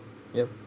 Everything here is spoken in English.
yup